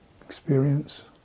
experience